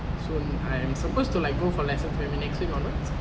soon I am supposed to like go for lessons maybe next week onwards